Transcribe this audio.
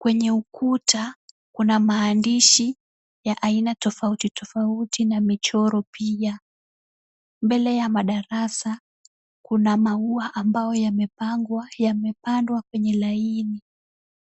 ,kwenye ukuta kuna maandishi ya aina tofauti tofauti na michoro pia ,mbele ya darasa kuna maua ambao yamepandwa kwenye laini.